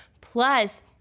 Plus